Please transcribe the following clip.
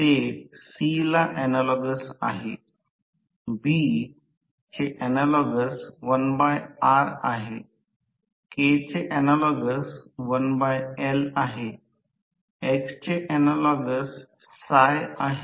तर म्हणजे याचा अर्थ असा आहे की PG हे वास्तविक म्हणजे PG हे हवेच्या अंतराच्या पलीकडे उर्जा आहे असे लिहिले गेले आहे PG हे हवेच्या अंतरावरील शक्ती आहे हे 3 I2 2 r2 आहे